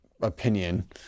opinion